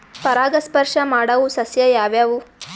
ಪರಾಗಸ್ಪರ್ಶ ಮಾಡಾವು ಸಸ್ಯ ಯಾವ್ಯಾವು?